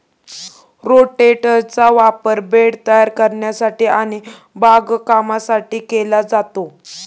रोटेटरचा वापर बेड तयार करण्यासाठी आणि बागकामासाठी केला जातो